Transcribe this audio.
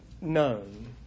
known